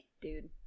dude